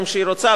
גם כשהיא רוצה,